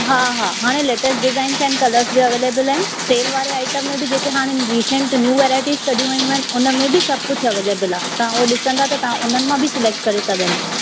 हा हा हाणे लेटेस्ट डिज़ाइंस आहिनि कलर्स बि अवेलेबल आहिनि सेल वारे आइटम में बि जेके हाणे रीसैंट न्यू वरायटीज़ कढियूं वयूं आहिनि उन में बि सभु कुझु अवेलेबल आहे तव्हां उहो ॾिसंदा त तव्हां उन्हनि मां बि सलेक्ट करे सघंदा आहियो